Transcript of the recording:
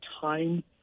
time